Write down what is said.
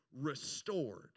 restored